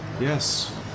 Yes